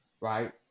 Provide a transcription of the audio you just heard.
right